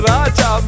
Raja